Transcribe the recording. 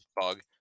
Bug